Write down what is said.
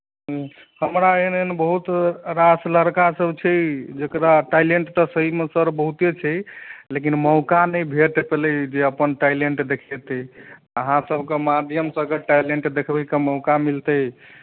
हँ हमरा एहन एहन बहुत रास लड़कासभ छै जेकरा टैलेन्ट तऽ सहीमे सर बहुते छै लेकिन मौका नहि भेट पेलय जे अपन टैलेन्ट देखेतै अहाँसभके माध्यमसँ अगर टैलेन्ट देखबयके मौका मिलतै